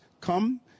come